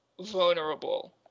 vulnerable